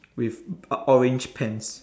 with orange pants